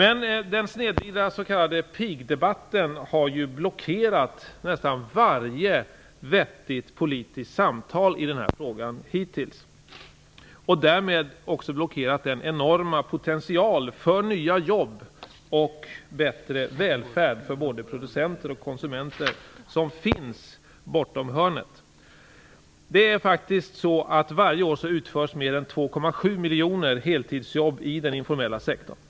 Men den snedvridna s.k. pigdebatten har blockerat nästan varje vettigt politiskt samtal i den här frågan hittills och därmed också blockerat den enorma potential för nya jobb och bättre välfärd för både producenter och konsumenter som finns runt hörnet. Varje år utförs mer än 2,7 miljoner heltidsjobb i den informella sektorn.